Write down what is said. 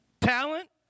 talent